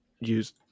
use